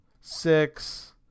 six